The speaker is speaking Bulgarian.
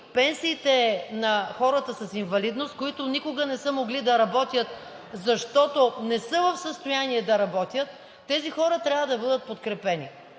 пенсиите на хората с инвалидност, които никога не са могли да работят, защото не са в състояние да работят, тези хора трябва да бъдат подкрепени,